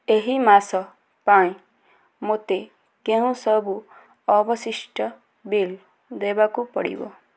ଏହି ମାସ ପାଇଁ ମୋତେ କେଉଁ ସବୁ ଅବଶିଷ୍ଟ ବିଲ୍ ଦେବାକୁ ପଡ଼ିବ